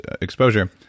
exposure